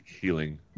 healing